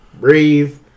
breathe